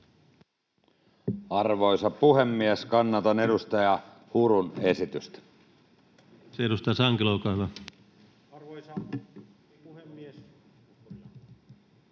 Arvoisa puhemies! Kannatan edustaja Hurun esitystä.